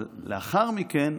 אבל לאחר מכן,